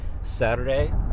Saturday